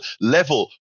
level